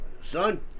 Son